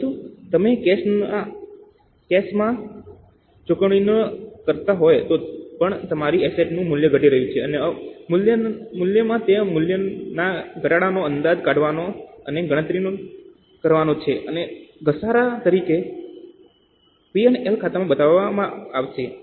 પરંતુ જો તમે કેશ માં ચૂકવણી ન કરતા હોવ તો પણ તમારી એસેટ નું મૂલ્ય ઘટી રહ્યું છે અને મૂલ્યમાં તે મૂલ્યના ઘટાડાનો અંદાજ કાઢવાનો અને ગણતરી કરવાનો છે અને ઘસારા તરીકે P અને L ખાતામાં બતાવવાનો છે